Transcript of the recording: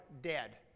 Dead